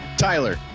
Tyler